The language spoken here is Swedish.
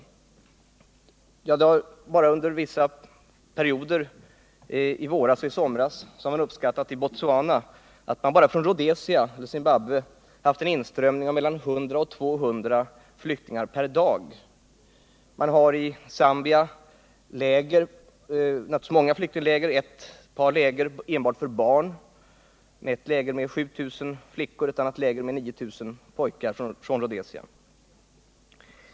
Man har i Botswana uppskattat att man under vissa perioder i våras och somras bara från Rhodesia, eller Zimbabwe, haft en inströmning av mellan 100 och 200 flyktingar per dag. Man har i Zambia många flyktingläger, bl.a. läger enbart för barn — ett läger med 7 000 flickor och ett annat med 9 000 pojkar från Zimbabwe.